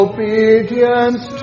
Obedience